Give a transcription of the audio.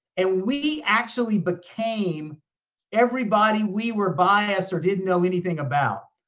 and we actually became everybody we were biased or didn't know anything about.